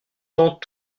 tend